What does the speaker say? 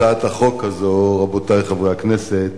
הצעת החוק הזאת, רבותי חברי הכנסת,